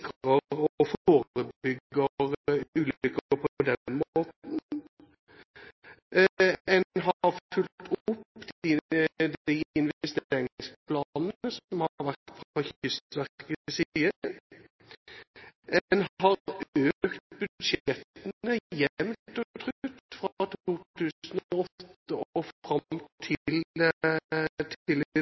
har fulgt opp de investeringsplanene som har kommet fra Kystverket, og en har økt budsjettene jevnt og trutt fra 2008 og fram til